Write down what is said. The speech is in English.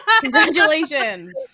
congratulations